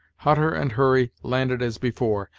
hutter and hurry landed as before,